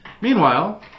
Meanwhile